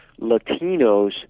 Latinos